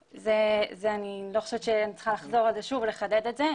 אני לא חושבת שאני צריכה לחזור על זה שוב ולחדד את זה.